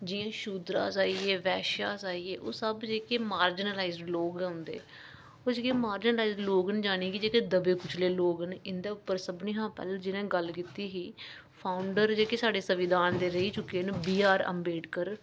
जि'यां अस शूदर अस आई गे बैश्य अस आई गे ओह् सब जेह्के मारजनलाइज लोक न उस मारजनलाइज लोक जानी के दब्बै कुचले दे लोक न इं'दे पर सभनें शा पैह्ले जि'नें गल्ल कीती ही फौंडर जेह्के साढ़े संविधान दे रेही चुके दे न बी आर अंबेडकर